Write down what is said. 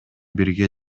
бирге